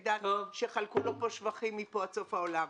דת שחלקו לו שבחים מפה ועד סוף העולם.